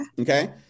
Okay